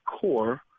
core